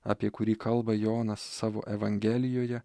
apie kurį kalba jonas savo evangelijoje